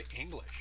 English